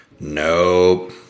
Nope